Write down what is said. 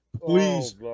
please